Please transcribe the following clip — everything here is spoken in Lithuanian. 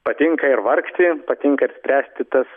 patinka ir vargti patinka ir spręsti tas